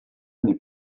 n’est